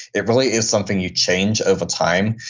it really is something you change over time.